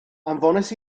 anfonais